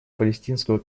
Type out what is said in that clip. палестинского